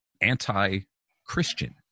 anti-Christian